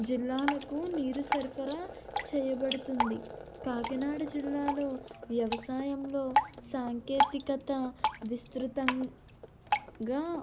జిల్లాలకు నీరు సరఫరా చేయబడుతుంది కాకినాడ జిల్లాలో వ్యవసాయంలో సాంకేతికత విస్తృతంగా